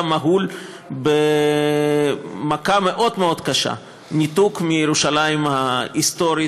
היה מהול במכה מאוד מאוד קשה: ניתוק מירושלים ההיסטורית,